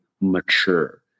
mature